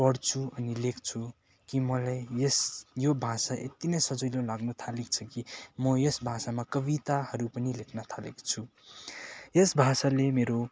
पढ्छु अनि लेख्छु कि मलाई यस यो भाषा यति नै सजिलो लाग्नु थालेको छ कि म यस भाषामा कविताहरू पनि लेख्न थालेको छु यस भाषाले मेरो